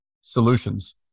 solutions